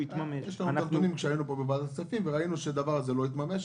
יש לנו הנתונים כשהיינו פה בוועדת הכספים וראינו שהדבר הזה לא התממש,